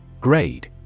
Grade